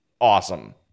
Awesome